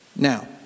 Now